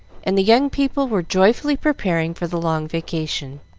and the young people were joyfully preparing for the long vacation.